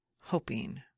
Hoping